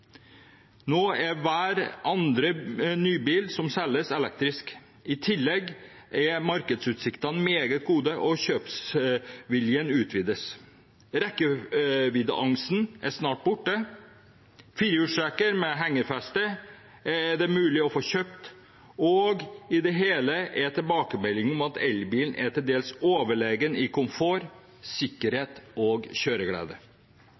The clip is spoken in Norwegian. Nå er hver andre nybil som selges, elektrisk. I tillegg er markedsutsiktene meget gode, og kjøpsviljen utvides. Rekkeviddeangsten er snart borte. Firehjulstrekker med hengerfeste er det mulig å få kjøpt, og i det hele er tilbakemeldingene at elbilen er til dels overlegen i komfort, sikkerhet og kjøreglede.